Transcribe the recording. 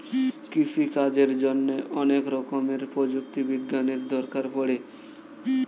কৃষিকাজের জন্যে অনেক রকমের প্রযুক্তি বিজ্ঞানের দরকার পড়ে